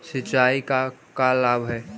सिंचाई का लाभ है?